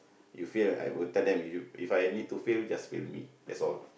you fail I will tell them If I need to fail just fail me that's all